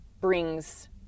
brings